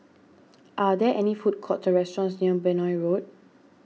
are there any food courts or restaurants near Benoi Road